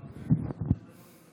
חברות וחברי הכנסת,